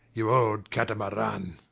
you old catamaran?